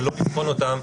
ולא לבחון אותן